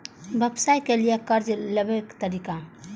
व्यवसाय के लियै कर्जा लेबे तरीका?